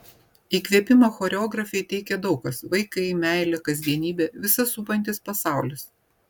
įkvėpimą choreografei teikia daug kas vaikai meilė kasdienybė visas supantis pasaulis